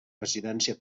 residència